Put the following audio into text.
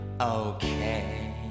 okay